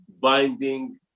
binding